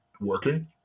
working